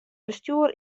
bestjoer